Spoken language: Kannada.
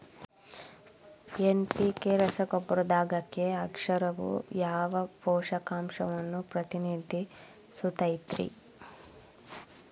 ಎನ್.ಪಿ.ಕೆ ರಸಗೊಬ್ಬರದಾಗ ಕೆ ಅಕ್ಷರವು ಯಾವ ಪೋಷಕಾಂಶವನ್ನ ಪ್ರತಿನಿಧಿಸುತೈತ್ರಿ?